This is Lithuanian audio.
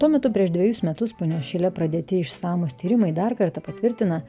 tuo metu prieš dvejus metus punios šile pradėti išsamūs tyrimai dar kartą patvirtina